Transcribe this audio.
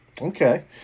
Okay